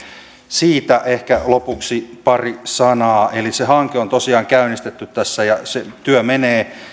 siitä ehkä lopuksi pari sanaa se hanke on tosiaan käynnistetty tässä ja se työ menee